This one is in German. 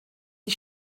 die